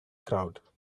crowd